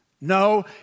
No